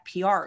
PR